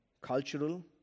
cultural